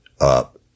up